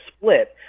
split